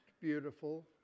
beautiful